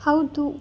ಹೌದು